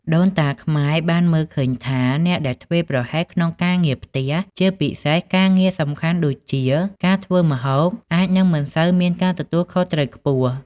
ដូនតាខ្មែរបានមើលឃើញថា អ្នកដែលធ្វេសប្រហែសក្នុងការងារផ្ទះ ជាពិសេសការងារសំខាន់ដូចជាការធ្វើម្ហូប អាចនឹងមិនសូវមានការទទួលខុសត្រូវខ្ពស់។